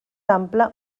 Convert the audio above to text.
ample